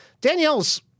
Danielle's